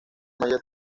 mayor